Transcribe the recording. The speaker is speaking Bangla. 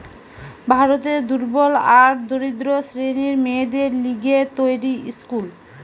ভারতের দুর্বল আর দরিদ্র শ্রেণীর মেয়েদের লিগে তৈরী স্কুল